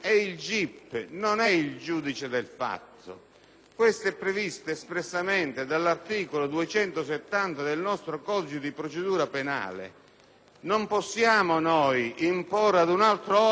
Questo è previsto espressamente dall'articolo 270 del nostro codice di procedura penale e non possiamo noi imporre ad un altro organo di fare qualcosa che il sistema non prevede.